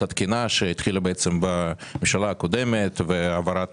התקינה שהחלה בממשלה הקודמת והעברת